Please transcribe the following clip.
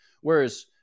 Whereas